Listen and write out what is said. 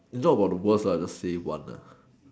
is not about the worse lah I just say one nah